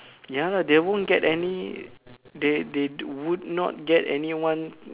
ya lah they won't get any they they would not get anyone